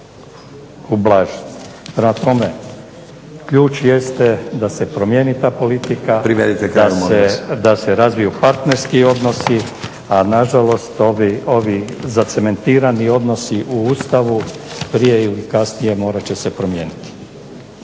kraju molim vas… **Tuđman, Miroslav (HDZ)** … da se razviju partnerski odnosi, a nažalost ovi zacementirani odnosi u Ustavu prije ili kasnije morat će se promijeniti.